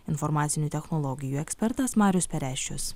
informacinių technologijų ekspertas marius pereščius